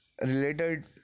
related